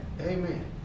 Amen